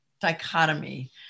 dichotomy